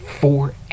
forever